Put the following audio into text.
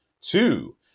Two